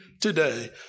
today